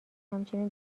همچنین